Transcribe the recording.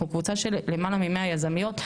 אנחנו קבוצה של למעלה מ-100 יזמיות,